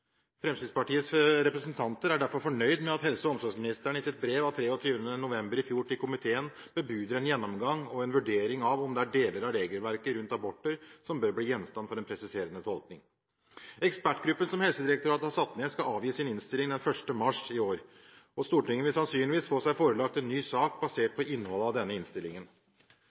Fremskrittspartiets representanter er derfor fornøyd med at helse- og omsorgsministeren i sitt brev av 23. november i fjor til komiteen bebuder en gjennomgang og en vurdering av om det er deler av regelverket rundt aborter som bør bli gjenstand for en presiserende tolkning. Ekspertgruppen som Helsedirektoratet har satt ned, skal avgi sin innstilling 1. mars i år, og Stortinget vil sannsynligvis få seg forelagt en ny sak basert på innholdet i denne innstillingen.